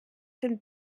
dem